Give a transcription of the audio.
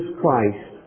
Christ